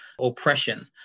oppression